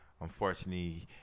Unfortunately